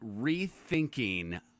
rethinking